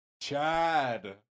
Chad